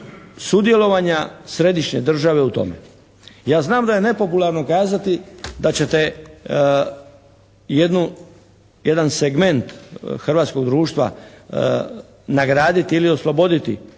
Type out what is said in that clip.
sudjelovanja središnje države u tome. Ja znam da je nepopularno kazati da ćete jedan segment hrvatskog društva nagraditi ili osloboditi određenih